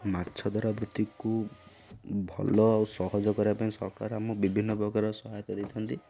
ମାଛ ଧରାବୃତ୍ତିକୁ ଭଲ ଆଉ ସହଜ କରିବା ପାଇଁ ସରକାର ଆମକୁ ବିଭିନ୍ନ ପ୍ରକାର ସହାୟତା ଦେଇଥାନ୍ତି